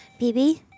BB